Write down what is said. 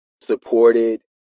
supported